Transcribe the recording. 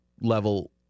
level